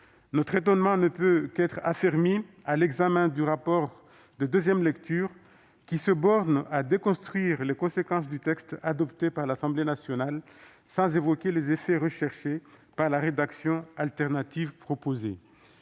Notre étonnement ne peut qu'être affermi à l'examen du rapport de deuxième lecture, qui se borne à déconstruire les conséquences du texte adopté par l'Assemblée nationale, sans évoquer les effets recherchés par la rédaction alternative proposée.